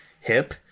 hip